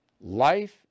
Life